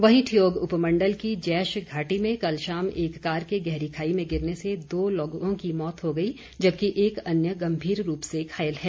वहीं ठियोग उपमंडल की जैश घाटी में कल शाम एक कार के गहरी खाई में गिरने से दो लोगों की मौत हो गई जबकि एक अन्य गंभीर रूप से घायल है